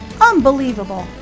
Unbelievable